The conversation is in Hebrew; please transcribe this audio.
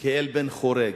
כאל בן חורג.